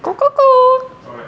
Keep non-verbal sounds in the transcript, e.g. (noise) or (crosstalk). (noise)